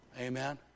Amen